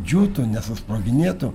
džiūtų nesusproginėtų